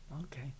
Okay